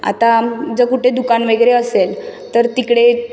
आता जर कुठे दुकान वगैरे असेल तर तिकडे